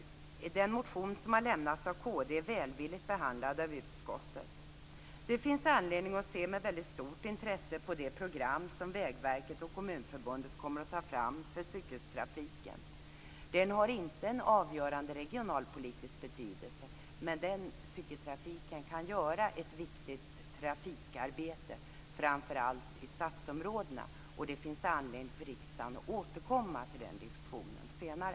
Den motion som har väckts av kd är välvilligt behandlad av utskottet. Det finns anledning att se med stort intresse på det program som Vägverket och Kommunförbundet kommer att ta fram för cykeltrafiken. Cykeltrafiken har inte en avgörande regionalpolitisk betydelse, men den kan göra ett viktigt trafikarbete, framför allt i stadsområdena. Det finns anledning för riksdagen att återkomma till den diskussionen senare.